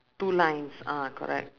two lines ah correct